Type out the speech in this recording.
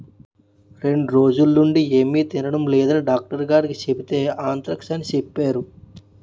రెండ్రోజులనుండీ ఏమి తినడం లేదని డాక్టరుగారికి సెబితే ఆంత్రాక్స్ అని సెప్పేరు